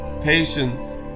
patience